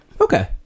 Okay